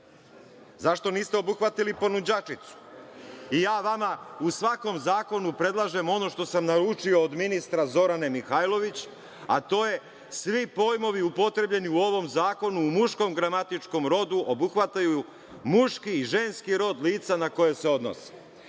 zašto niste obuhvatili ponuđačicu? Ja vama u svakom zakonu predlažem ono što sam naučio od ministra Zorane Mihajlović, a to je svi pojmovi upotrebljeni u ovom zakonu u muškom gramatičkom rodu obuhvataju muški i ženski rod lica na koja se odnose.